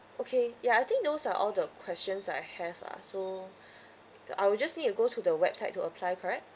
okay ya I think those are all the questions I have ah so I will just need to go to the website to apply correct